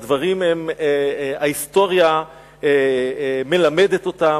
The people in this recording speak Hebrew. הדברים, ההיסטוריה מלמדת אותם,